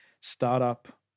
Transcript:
startup